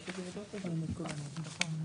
הייתי אמור לקבל את התשובה הזאת ואת שאר השאלות,